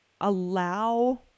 allow